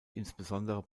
insbesondere